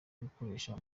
gukoresha